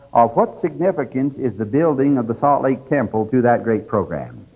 of what significance is the building of the salt lake temple to that great program?